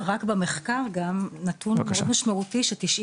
רק במחקר גם נתון מאוד משמעותי ש-90